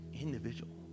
individual